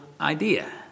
idea